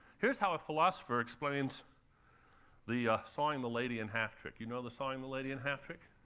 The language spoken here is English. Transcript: here's how a philosopher explains the sawing-the-lady-in-half trick. you know the sawing-the-lady-in-half trick?